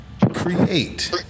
Create